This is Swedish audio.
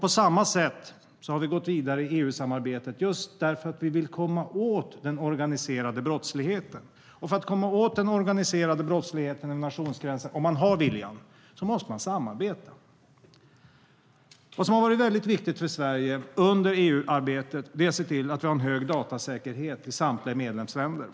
På samma sätt har vi gått vidare i EU-samarbetet för att vi vill komma åt den organiserade brottsligheten, och för att komma åt den, om man har viljan, måste man samarbeta. För Sverige har det i EU-arbetet varit viktigt att se till att vi har en hög datasäkerhet i samtliga medlemsländer.